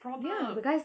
ya the guys